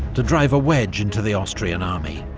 to drive a wedge into the austrian army,